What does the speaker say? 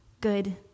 good